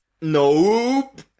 Nope